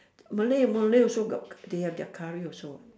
malay malay also got they have their curry also what